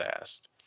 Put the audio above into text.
asked